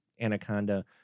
Anaconda